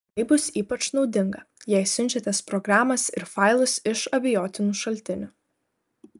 tai bus ypač naudinga jei siunčiatės programas ir failus iš abejotinų šaltinių